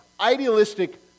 idealistic